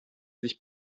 sich